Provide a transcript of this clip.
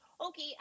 okay